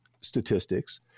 statistics